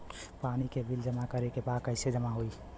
पानी के बिल जमा करे के बा कैसे जमा होई?